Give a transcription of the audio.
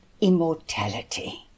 immortality